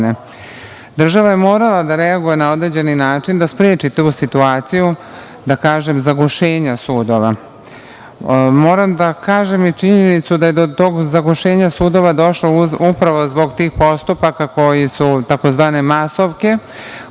godine. Država je morala da reaguje na određeni način, da spreči tu situaciju, da kažem, zagušenja sudova. Moram da kažem i činjenicu da je do tog zagušenja sudova došlo upravo zbog tih postupaka koji su tzv. masovke,